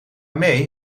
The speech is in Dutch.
may